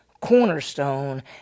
cornerstone